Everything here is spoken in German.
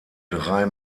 drei